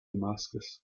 damascus